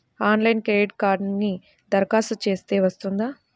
ఆన్లైన్లో క్రెడిట్ కార్డ్కి దరఖాస్తు చేస్తే వస్తుందా?